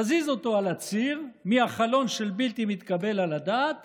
תזיז אותו על הציר מהחלון של בלתי מתקבל על הדעת